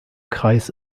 kreis